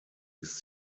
ist